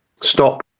Stop